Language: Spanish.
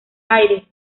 aires